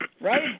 right